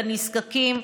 לנזקקים,